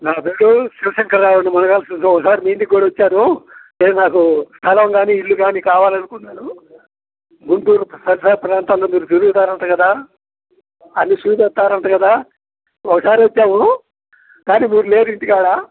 నా పేరు శివశంకర రావు మొన్న ఒకసారి మీ ఇంటికి కూడా వచ్చారు నేరు నాకు స్థలం కానీ ఇల్లు కానీ కావాలి అనుకున్నాను గుంటూరు సరిసర ప్రాంతాంలో మీరు తిరుగుతారు అంట కదా అన్ని చూసి వస్తారు అంట కదా ఒకసారి వచ్చాము కానీ మీరు లేరు ఇంటికాడ